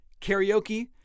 karaoke